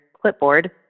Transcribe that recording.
clipboard